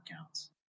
accounts